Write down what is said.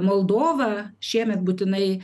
moldovą šiemet būtinai